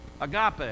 agape